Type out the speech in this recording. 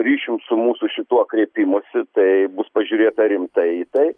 ryšium su mūsų šituo kreipimosi taip bus pažiūrėta rimtai į tai